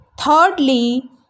Thirdly